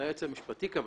את זה היועץ המשפטי קבע.